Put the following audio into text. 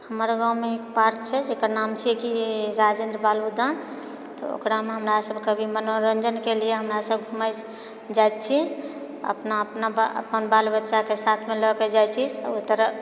हमर गाँवमे एक पार्क छै जेकर नाम छिए कि राजेन्द्र बाल उद्यान तऽ ओकरामे हमरासभ कभी मनोरञ्जनके लिए हमरा सभ घुमए जाइत छी अपना अपना बा अपन बालबच्चाक साथमे लएके जाइत छी ओहि तरह